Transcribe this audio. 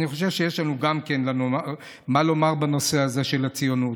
אני חושב שיש לנו גם מה לומר בנושא הזה של הציונות.